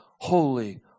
holy